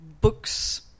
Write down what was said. books